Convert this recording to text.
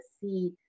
see